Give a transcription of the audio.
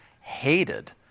hated